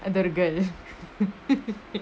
அது ஒரு:athu oru girl